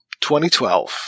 2012